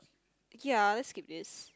ya let's skip this